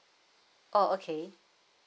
oh okay